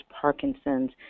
Parkinson's